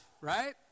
right